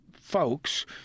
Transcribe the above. folks